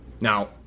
Now